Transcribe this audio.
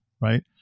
right